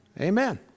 Amen